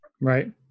Right